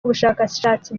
ubushakashatsi